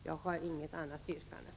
Jag har inget yrkande.